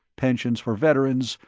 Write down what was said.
pensions for veterans,